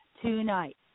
tonight